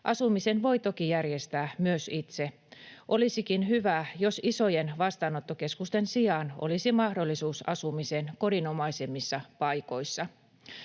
Asumisen voi toki järjestää myös itse. Olisikin hyvä, jos isojen vastaanottokeskusten sijaan olisi mahdollisuus asumiseen kodinomaisemmissa paikoissa.